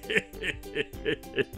he he he he he